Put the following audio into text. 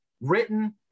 Written